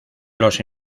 los